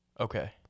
Okay